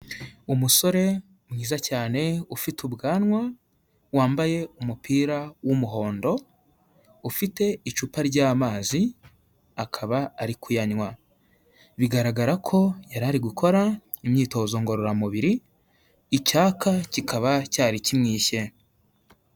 Umusore mwiza cyane ufite ubwanwa, wambaye umupira w'umuhondo ufite icupa ry'amazi akaba ari kuyanywa, bigaragara ko yari ari gukora imyitozo ngororamubiri icyaka kikaba cyari kimwishe.